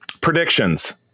Predictions